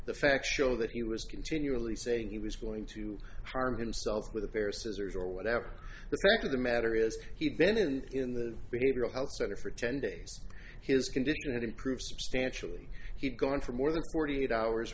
the facts show that he was continually saying he was going to harm himself with a pair of scissors or whatever the fact of the matter is he'd been in in the behavioral health center for ten days his condition improved substantially he'd gone for more than forty eight hours